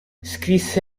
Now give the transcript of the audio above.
scrisse